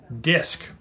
disc